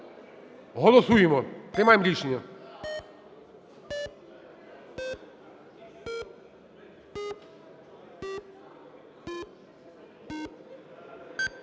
Голосуємо. Приймаємо рішення.